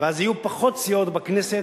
ואז יהיו פחות סיעות בכנסת,